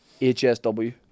HSW